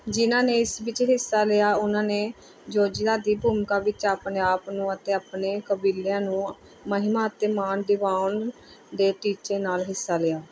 ਜਿਨ੍ਹਾਂ ਨੇ ਇਸ ਵਿੱਚ ਹਿੱਸਾ ਲਿਆ ਉਨ੍ਹਾਂ ਨੇ ਯੋਜਨਾ ਦੀ ਭੂਮਿਕਾ ਵਿੱਚ ਆਪਣੇ ਆਪ ਨੂੰ ਅਤੇ ਆਪਣੇ ਕਬੀਲਿਆਂ ਨੂੰ ਮਹਿਮਾ ਅਤੇ ਮਾਣ ਦਿਵਾਉਣ ਦੇ ਟੀਚੇ ਨਾਲ ਹਿੱਸਾ ਲਿਆ